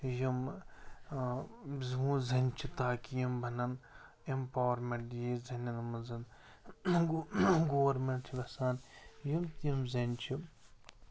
یِم زوٗ زَنہِ چھِ تاکہِ یِم بنن اِمپاورمٮ۪نٛٹ یی زنٮ۪ن منٛز گوٚو گورمنٛٹ چھِ یَژھان یِم تہِ یِم زَنہِ چھِ